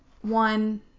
one